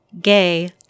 gay